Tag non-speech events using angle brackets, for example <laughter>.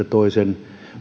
<unintelligible> toisen